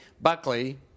Buckley